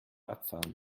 abfahren